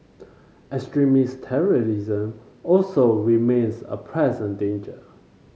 extremist terrorism also remains a present danger